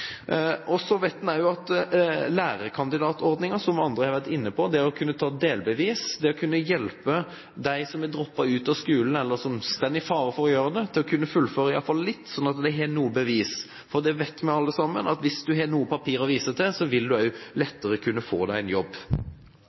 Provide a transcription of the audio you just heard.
Så har vi også lærekandidatordningen, som andre har vært inne på – det å kunne ta delbevis. Det vil hjelpe dem som har droppet ut av skolen, eller som står i fare for å gjøre det, til å kunne fullføre iallfall litt, slik at de har noe bevis. For vi vet alle sammen at hvis du har noen papirer å vise til, vil du lettere kunne få deg en jobb.